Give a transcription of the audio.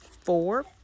four